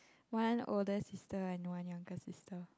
one older sister and one younger sister